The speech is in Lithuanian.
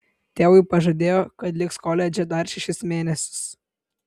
tėvui pažadėjo kad liks koledže dar šešis mėnesius